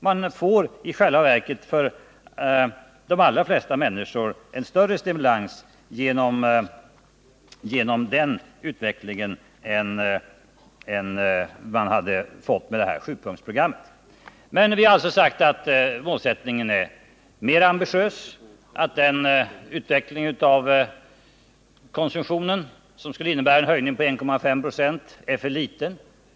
Man får i själva verket för de flesta människor en större stimulans genom den utvecklingen än man hade fått med det här sjupunktsprogrammet. Men vi har alltså sagt att målsättningen är mer ambitiös, att den utveckling av konsumtionen som skulle innebära en höjning på 1,5 96 för 1979 är för liten.